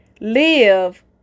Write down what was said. live